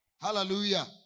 Hallelujah